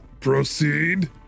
Proceed